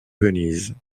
venise